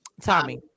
Tommy